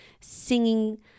singing